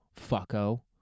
Fucko